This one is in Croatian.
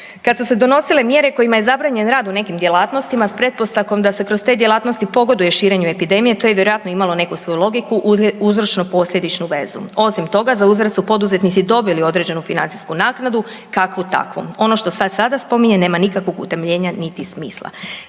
Kad su se donosile mjere kojima je zabranjen rad u nekim djelatnostima s pretpostavkom da se kroz te djelatnosti pogoduje širenju epidemije, to je vjerojatno imalo neku svoju logiku uzročno posljedičnu vezu. Osim toga za uzvrat su poduzetnici dobili određenu financijsku naknadu kakvu takvu. Ono što sad sada spominje nema nikakvog utemeljenja niti smisla.